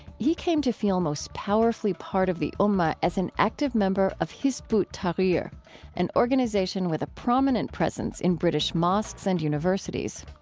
he came to feel most powerfully part of the ummah as an active member of hizb ut-tahrir an organization with a prominent presence in british mosques and universities.